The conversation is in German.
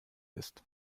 ist